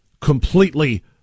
Completely